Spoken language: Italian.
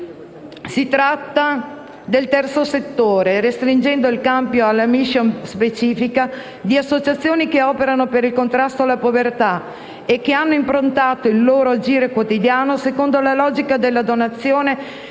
si tratta del terzo settore e, restringendo il campo alla *mission* specifica, di associazioni che operano per il contrasto alla povertà e che hanno improntato il loro agire quotidiano secondo la logica della donazione, del